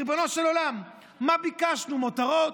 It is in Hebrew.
ריבונו של עולם, מה ביקשנו, מותרות?